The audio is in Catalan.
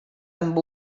amb